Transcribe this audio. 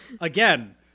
Again